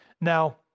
Now